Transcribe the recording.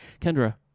kendra